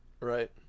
Right